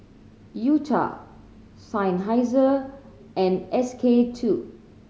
U Cha Seinheiser and S K Two